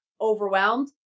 overwhelmed